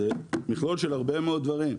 זה מכלול של הרבה מאוד דברים,